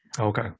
Okay